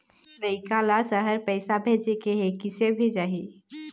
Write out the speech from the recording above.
लइका ला शहर पैसा भेजें के हे, किसे भेजाही